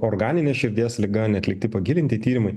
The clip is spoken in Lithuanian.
organinė širdies liga neatlikti pagilinti tyrimai